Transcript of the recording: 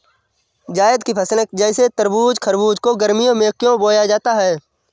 जायद की फसले जैसे तरबूज़ खरबूज को गर्मियों में क्यो बोया जाता है?